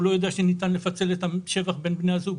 הוא לא יודע שניתן לפצל את השבח בין בני הזוג.